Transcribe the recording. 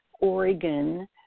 Oregon